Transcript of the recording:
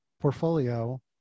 portfolio